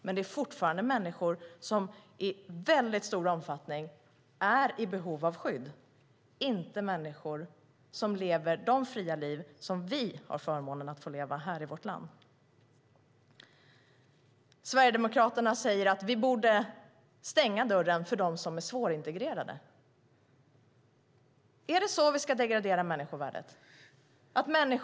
Men det är fortfarande människor som i väldigt stor omfattning är i behov av skydd. Det är inte människor som lever de fria liv som vi har förmånen att få leva här i vårt land. Sverigedemokraterna säger att vi borde stänga dörren för dem som är svårintegrerade. Ska vi degradera människovärdet på det sättet?